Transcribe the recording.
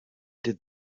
did